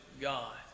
God